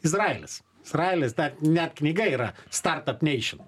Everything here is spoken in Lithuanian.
izraelis izraelis dar net knyga yra startup nation